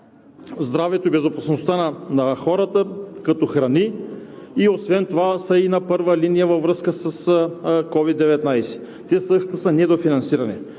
здравето и безопасността на хората като храни, освен това са и на първа линия във връзка с COVID-19. Те също са недофинансирани.